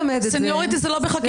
סניוריטי זה לא בחקיקה.